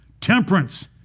temperance